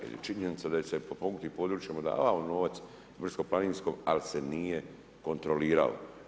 Jer je činjenica da se potpomognutim područjima davao novac brdsko-planinskom ali se nije kontrolirao.